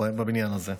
בבניין הזה.